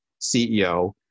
CEO